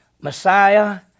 Messiah